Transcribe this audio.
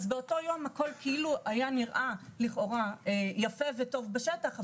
אז באותו יום הכול היה נראה יפה וטוב בשטח,